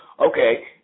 okay